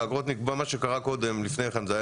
לפני כן,